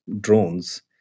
drones